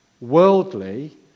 worldly